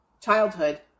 childhood